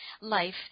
life